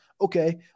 Okay